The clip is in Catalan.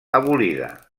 abolida